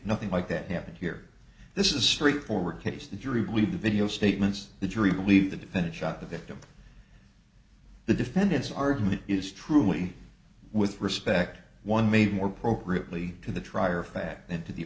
nothing like that happened here this is a straightforward case the jury believe the video statements the jury believe the defendant shot the victim the defendant's argument is truly with respect one made more progress plea to the trier of fact and to the